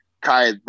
Kai